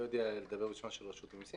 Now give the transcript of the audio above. ואני לא יודע לדבר בשם רשות המסים.